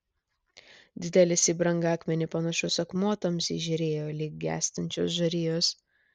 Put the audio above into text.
didelis į brangakmenį panašus akmuo tamsiai žėrėjo lyg gęstančios žarijos